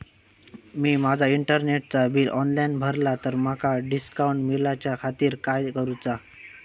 मी माजा इंटरनेटचा bill online भरला तर माका डिस्काउंट मिलाच्या खातीर काय करुचा?